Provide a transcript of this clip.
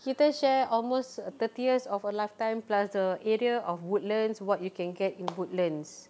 kita share almost thirty of our lifetime plus the area of woodlands what you can get in woodlands